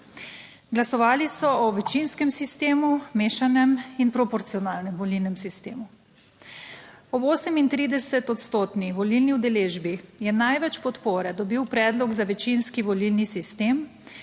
Glasovali so o večinskem sistemu, mešanem in proporcionalnem volilnem sistemu. Ob 38 odstotni volilni udeležbi je največ podpore dobil predlog za večinski volilni sistem